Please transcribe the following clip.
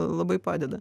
labai padeda